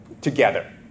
together